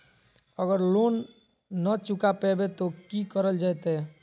अगर लोन न चुका पैबे तो की करल जयते?